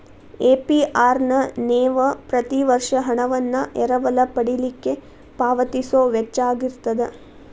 APR ನ ನೇವ ಪ್ರತಿ ವರ್ಷ ಹಣವನ್ನ ಎರವಲ ಪಡಿಲಿಕ್ಕೆ ಪಾವತಿಸೊ ವೆಚ್ಚಾಅಗಿರ್ತದ